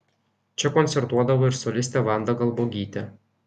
čia koncertuodavo ir solistė vanda galbuogytė